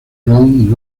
round